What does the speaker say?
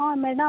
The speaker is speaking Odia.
ହଁ ମ୍ୟାଡ଼ାମ୍